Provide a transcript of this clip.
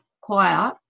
choir